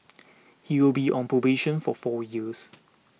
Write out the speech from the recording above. he will be on probation for four years